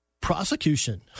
prosecution